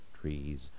trees